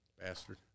Bastard